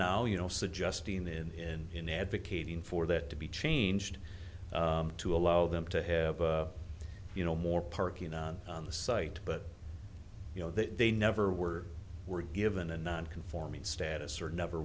now you know suggesting in in advocating for that to be changed to allow them to have you know more parking on the site but you know that they never were were given a non conforming status or never